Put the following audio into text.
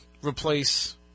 replace